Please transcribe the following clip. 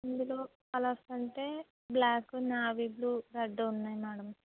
ఇందులో కలర్స్ అంటే black navy blue red ఉన్నాయి మేడం